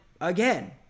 again